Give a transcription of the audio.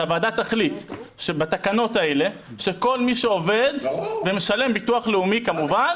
שהוועדה תחליט בתקנות האלה שכל מי שעובד ומשלם ביטוח לאומי כמובן,